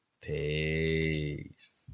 peace